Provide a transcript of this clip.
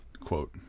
quote